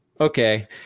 Okay